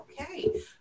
Okay